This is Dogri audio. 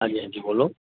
हां जी हां जी बोलो